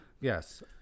Yes